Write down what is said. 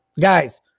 Guys